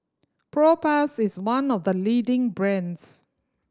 Propass is one of the leading brands